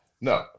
No